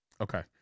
okay